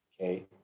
okay